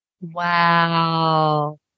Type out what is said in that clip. Wow